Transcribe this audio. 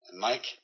Mike